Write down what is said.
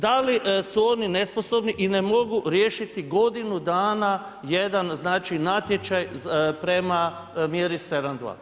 Da li su oni nesposobni i ne mogu riješiti godinu dana jedan natječaj prema mjeri 7:2.